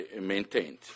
maintained